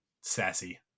sassy